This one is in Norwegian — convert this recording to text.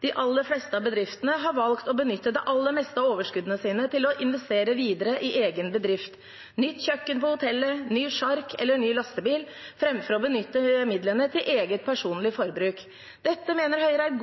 De aller fleste av bedriftene har valgt å benytte det aller meste av overskuddet sitt til å investere videre i egen bedrift – nytt kjøkken på hotellet, ny sjark eller ny lastebil, framfor å benytte midlene til eget, personlig forbruk. Dette mener Høyre er